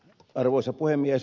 arvoisa puhemies